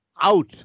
out